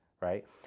right